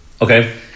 Okay